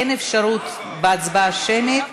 אין אפשרות בהצבעה שמית,